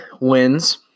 wins